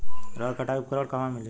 रहर कटाई उपकरण कहवा मिली?